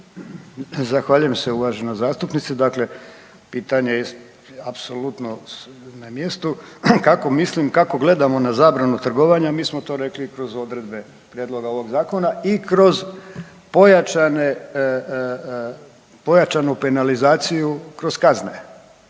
Zahvaljujem se uvažena zastupnice. Dakle, pitanje je apsolutno na mjestu kako mislim, kako gledamo na zabranu trgovanja mi smo to rekli kroz odredbe prijedloga ovog zakona i kroz pojačanu penalizaciju kroz kazne